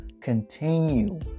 continue